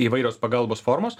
įvairios pagalbos formos